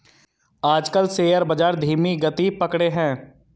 आजकल शेयर बाजार धीमी गति पकड़े हैं